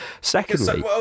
Secondly